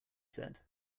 said